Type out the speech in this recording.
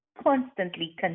constantly